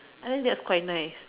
I think that's quite nice